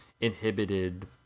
inhibited